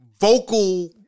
Vocal